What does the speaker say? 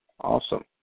Awesome